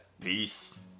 Peace